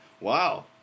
Wow